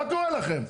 מה קורה לכם?